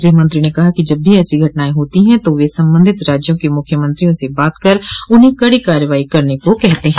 गृहमंत्री ने कहा कि जब भी ऐसी घटनाएं होती हैं तो वे संबंधित राज्यों के मुख्यमंत्रियों से बात कर उन्हें कड़ी कार्रवाई करने को कहते हैं